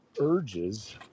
urges